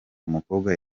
umukobwa